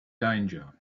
danger